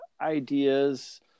ideas